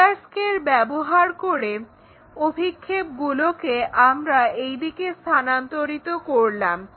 roller scale ব্যবহার করে অভিক্ষেপগুলোকে আমরা এইদিকে স্থানান্তরিত করলাম